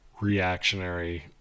reactionary